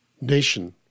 Nation